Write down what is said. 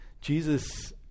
Jesus